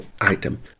item